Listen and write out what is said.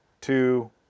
two